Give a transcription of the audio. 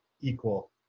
equal